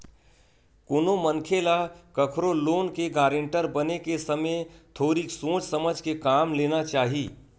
कोनो मनखे ल कखरो लोन के गारेंटर बने के समे थोरिक सोच समझ के काम लेना चाही